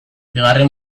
bigarren